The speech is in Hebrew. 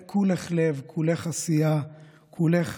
כולך לב, כולך עשייה, כולך